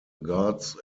gods